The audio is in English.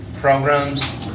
programs